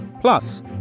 Plus